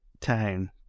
town